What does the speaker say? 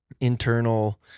internal